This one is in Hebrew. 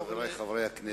חברי חברי הכנסת,